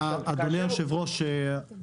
אדוני היושב-ראש,